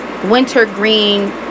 wintergreen